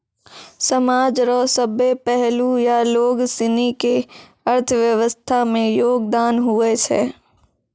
समाज रो सभ्भे पहलू या लोगसनी के अर्थव्यवस्था मे योगदान हुवै छै